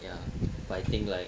ya but I think like